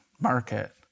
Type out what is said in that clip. market